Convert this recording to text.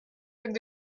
avec